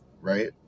Right